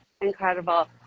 incredible